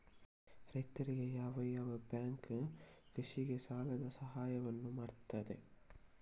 ರೈತರಿಗೆ ಯಾವ ಯಾವ ಬ್ಯಾಂಕ್ ಕೃಷಿಗೆ ಸಾಲದ ಸಹಾಯವನ್ನು ಮಾಡ್ತದೆ?